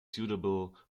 suitable